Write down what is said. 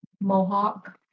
Mohawk